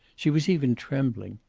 she was even trembling.